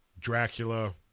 Dracula